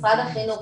משרד החינוך.